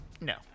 No